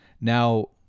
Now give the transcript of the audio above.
Now